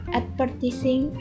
advertising